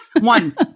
one